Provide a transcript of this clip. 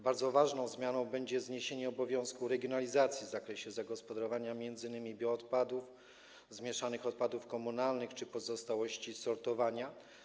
Bardzo ważną zmianą jest zniesienie obowiązku regionalizacji w zakresie zagospodarowania m.in. bioodpadów, zmieszanych odpadów komunalnych czy pozostałości z sortowania.